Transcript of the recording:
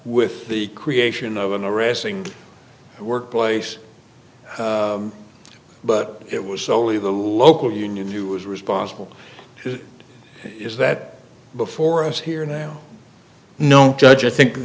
with the creation of an arresting workplace but it was only the local union who was responsible is that before us here now no judge i think